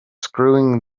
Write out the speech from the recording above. screwing